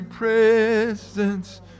Presence